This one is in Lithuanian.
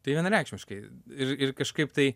tai vienareikšmiškai ir ir kažkaip tai